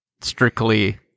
strictly